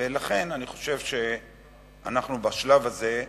ולכן אני אומר שאנחנו, בשלב הזה,